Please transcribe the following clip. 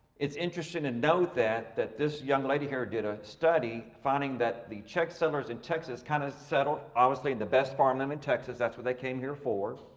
it's interesting and note that, that this young lady here did a study finding that the czech settlers in texas kinda settled obviously in the best farmland in texas, that's what they came here for.